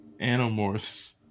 Animorphs